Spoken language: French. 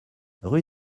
rue